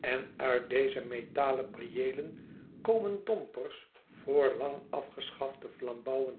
en uit deze metalen prieelen komen dompers voor lang afgeschafte flambouwen